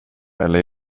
eller